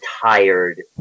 tired